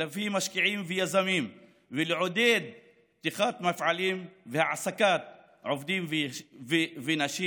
להביא משקיעים ויזמים ולעודד פתיחת מפעלים והעסקת עובדים ונשים.